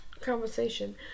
conversation